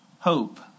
Hope